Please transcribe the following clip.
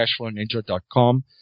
cashflowninja.com